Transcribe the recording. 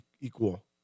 equal